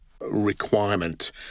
requirement